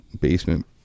basement